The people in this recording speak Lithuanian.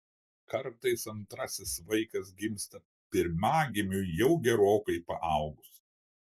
kartais antrasis vaikas gimsta pirmagimiui jau gerokai paaugus